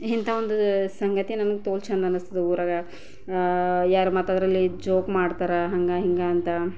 ಇಂಥ ಒಂದು ಸಂಗತಿ ನನಗೆ ತೋಲ್ ಚೆಂದ ಅನ್ನಿಸ್ತದೆ ನನಗೆ ಊರಾಗ ಯಾರು ಮತ್ತದ್ರಲ್ಲಿ ಜೋಕ್ ಮಾಡ್ತಾರೆ ಹಂಗೆ ಹಿಂಗೆ ಅಂತ